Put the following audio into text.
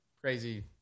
Crazy